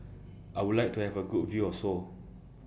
I Would like to Have A Good View of Seoul